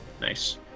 nice